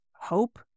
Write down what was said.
Hope